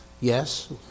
yes